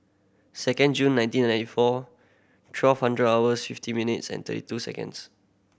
second June nineteen ninety four twelve hundred hours fifty minutes and thirty two seconds